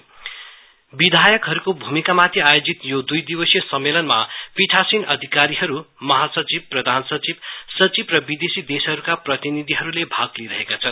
विधायकहरुको भूमिका माथि आयोजित यो दूई दिवसीय सम्मेलनमा पीठासीन अधिकारीहरु महा सचिवप्रधान सचिवसचिव र विदेशी देशहरुका प्रतिनिधिहरुले भाग लिइरहेका छन्